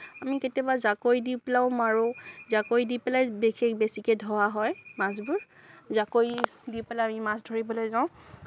আমি কেতিয়াবা জাকৈ দি পেলাইও মাৰোঁ জাকৈ দি পেলাই বেছিকৈ ধৰা হয় মাছবোৰ জাকৈ দি পেলাই আমি মাছ ধৰিবলৈ যাওঁ